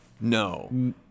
no